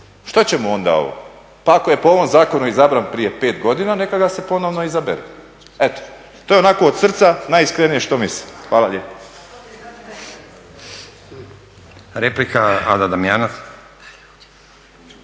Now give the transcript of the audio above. Što će mu onda ovo? Pa ako je po ovom zakonu izabran prije 5 godina neka ga se ponovno izabere. Eto, to je onako od srca, najiskrenije što mislim. Hvala lijepo.